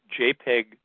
JPEG